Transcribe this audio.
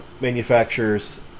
manufacturers